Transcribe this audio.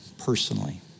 personally